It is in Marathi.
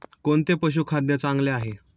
कोणते पशुखाद्य चांगले आहे?